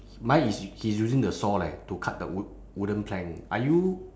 mine is he's using the saw like to cut the wood wooden plank are you